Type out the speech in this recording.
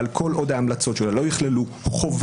אבל כל עוד ההמלצות שלה לא יכללו חובה